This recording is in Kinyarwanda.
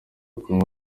kunywa